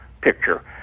picture